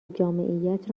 جامعیت